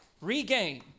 regain